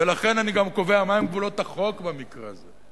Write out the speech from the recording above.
ולכן אני גם קובע מהם גבולות החוק במקרה הזה.